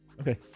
Okay